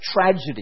tragedy